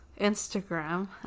Instagram